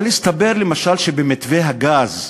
אבל הסתבר למשל שבמתווה הגז,